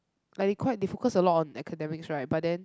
like they quite they focus a lot on academics right but then